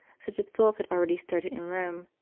such as philip had already started in rome,